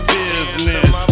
business